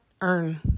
earn